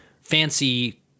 fancy